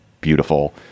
beautiful